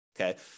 Okay